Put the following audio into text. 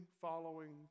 following